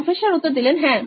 professor হ্যাঁ